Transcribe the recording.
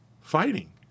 fighting